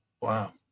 Wow